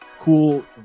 cool